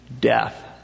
Death